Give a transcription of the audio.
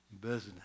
business